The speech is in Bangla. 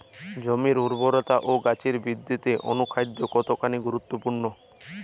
জমির উর্বরতা ও গাছের বৃদ্ধিতে অনুখাদ্য কতখানি গুরুত্বপূর্ণ?